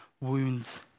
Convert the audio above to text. wounds